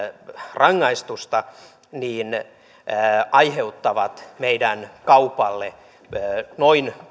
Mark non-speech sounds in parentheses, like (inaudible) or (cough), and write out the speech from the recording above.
rangaistusta aiheuttavat meidän kaupalle noin (unintelligible)